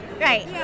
Right